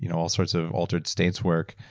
you know all sorts of altered states work,